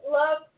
love